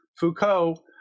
Foucault